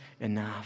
enough